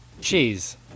cheese